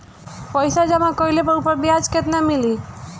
पइसा जमा कइले पर ऊपर ब्याज केतना मिली?